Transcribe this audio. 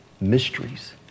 mysteries